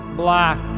black